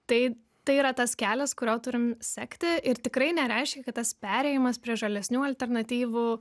tai tai yra tas kelias kuriuo turim sekti ir tikrai nereiškia kad tas perėjimas prie žalesnių alternatyvų